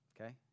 Okay